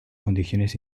condiciones